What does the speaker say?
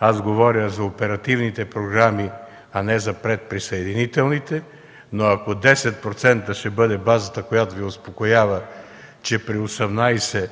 аз говоря за оперативните програми, а не за предприсъединителните, но ако 10% ще бъде базата, която Ви успокоява, че при 18%